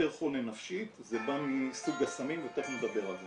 יותר חולה נפשית זה בא מסוג הסמים ותיכף נדבר על זה.